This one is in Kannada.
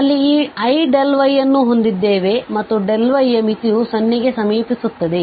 ಆದ್ದರಿಂದ ಅಲ್ಲಿ ಈ iy ಅನ್ನು ಹೊಂದಿದ್ದೇವೆ ಮತ್ತು y ಯ ಮಿತಿಯು 0 ಗೆ ಸಮೀಪಿಸುತ್ತದೆ